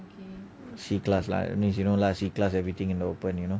C class lah means you know lah C class everything and open you know